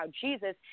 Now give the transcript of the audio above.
Jesus